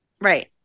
Right